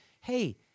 Hey